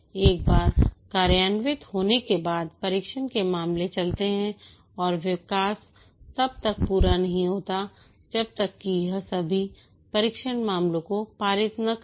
एक बार कार्यान्वित होने के बाद परीक्षण के मामले चलते हैं और विकास तब तक पूरा नहीं होता है जब तक कि यह सभी परीक्षण मामलों को पारित न कर दे